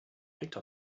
picked